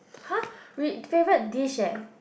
!huh! re~ favorite dish eh